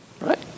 Right